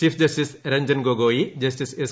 chief justice Ranjan Gogoi justice S